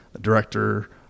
director